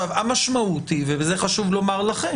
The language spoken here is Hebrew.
המשמעות היא וזה חשוב לומר לכם